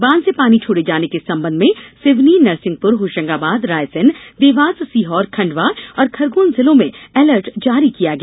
बांध से पानी छोड़े जाने के संबंध में सिवनी नरसिंहपुर होशंगाबाद रायसेन देवास सीहोर खंडवा और खरगोन जिलों में अलर्ट जारी किया गया